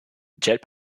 jet